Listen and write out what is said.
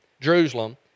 Jerusalem